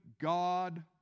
God